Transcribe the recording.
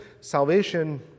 salvation